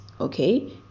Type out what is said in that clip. okay